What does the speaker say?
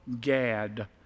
Gad